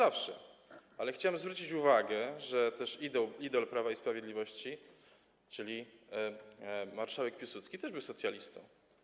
Ale chciałem zwrócić uwagę, że idol Prawa Sprawiedliwości, czyli marszałek Piłsudski, też był socjalistą.